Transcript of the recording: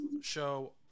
Show